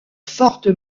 forte